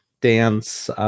dance